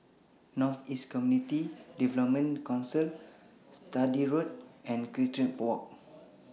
North East Community Development Council Sturdee Road and Equestrian Walk